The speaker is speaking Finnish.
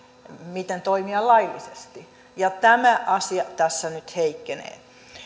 miten toimia laillisesti tämä asia tässä nyt heikkenee